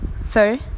sir